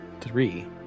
three